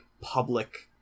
public